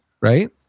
right